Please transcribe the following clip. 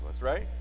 Right